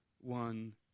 one